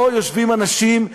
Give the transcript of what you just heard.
יושבים פה אנשים,